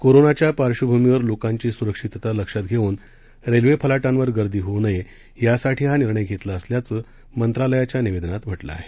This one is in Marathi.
कोरोनाच्या पार्श्वभूमीवर लोकांची सुरक्षितता लक्षात घेऊन रेल्वे फलाटांवर गर्दी होऊ नये यासाठी हा निर्णय घेतला असल्याचं मंत्रालयाच्या निवेदनात म्हटलं आहे